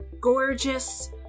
gorgeous